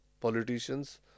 politicians